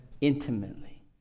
intimately